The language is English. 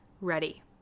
ready